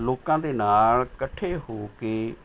ਲੋਕਾਂ ਦੇ ਨਾਲ਼ ਇਕੱਠੇ ਹੋ ਕੇ